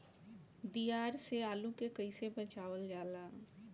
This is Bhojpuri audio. दियार से आलू के कइसे बचावल जाला?